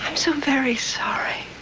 so very sorry.